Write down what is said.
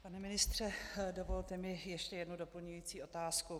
Pane ministře, dovolte mi ještě jednu doplňující otázku.